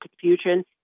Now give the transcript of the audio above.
confusion